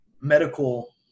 medical